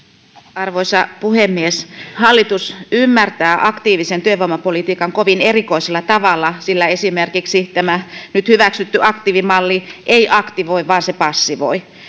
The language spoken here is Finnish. arvoisa puhemies hallitus ymmärtää aktiivisen työvoimapolitiikan kovin erikoisella tavalla sillä esimerkiksi tämä nyt hyväksytty aktiivimalli ei aktivoi vaan se passivoi